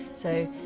so,